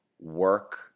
work